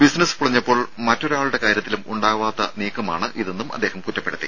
business പൊളിഞ്ഞപ്പോൾ മറ്റൊരാളുടെ കാര്യത്തിലും ഉണ്ടാകാത്ത നീക്കമാണ് ഇതെന്നും അദ്ദേഹം കുറ്റപ്പെടുത്തി